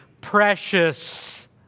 precious